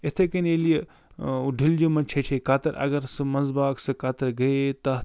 یِتھَے کٔنۍ ییٚلہِ یہِ ڈُلجہِ منٛز چھَچے کتٕر اگر سُہ منٛزٕ باغ سُہ کَتٕر گٔیے تَتھ تہٕ